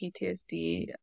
PTSD